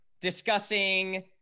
discussing